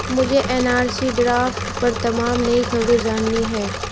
مجھے N R C draft پر تمام نئی خبریں جاننی ہیں